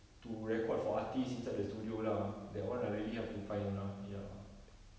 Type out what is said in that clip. to record for artist inside the studio lah that one I really have to find lah ya